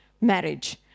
marriage